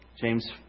James